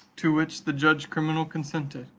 to which the judge criminal consented,